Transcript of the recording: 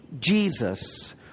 Jesus